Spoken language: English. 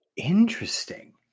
interesting